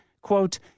quote